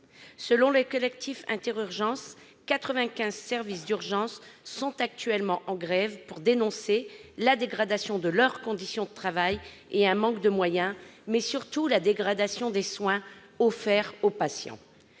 Selon le collectif Inter-Urgences, 95 services d'urgences sont actuellement en grève pour dénoncer la dégradation de leurs conditions de travail, un manque de moyens, mais surtout la dégradation des soins offerts aux patients.